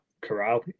Corral